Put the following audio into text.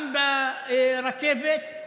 גם ברכבת.